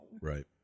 right